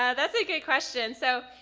yeah that's a good question, so,